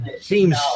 seems